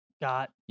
got